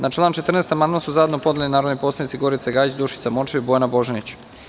Na član 46. amandman su zajedno podnele narodni poslanici Gorica Gajić, Dušica Morčev i Bojana Božanić.